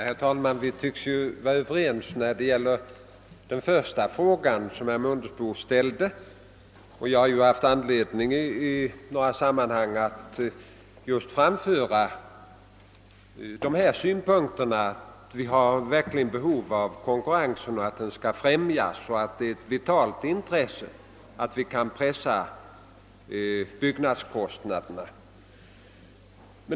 Herr talman! Vi tycks vara överens näs det gäller den första frågan som herr Mundebo ställde. Jag har funnit anledning i några sammanhang att anföra just dessa synpunkter att vi har behov av verklig konkurrens, att den bör befrämjas och att det är ett vitalt intresse att vi kan pressa byggnadskostnaderna.